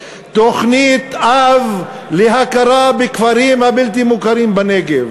תוכנית-אב להכרה בכפרים הבלתי-מוכרים בנגב,